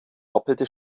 doppelte